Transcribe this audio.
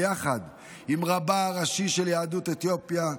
ביחד עם רבה הראשי של יהדות אתיופיה,